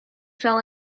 fell